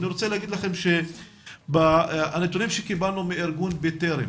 אני רוצה להגיד לכם שהנתונים שקיבלנו מארגון 'בטרם'